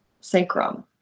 sacrum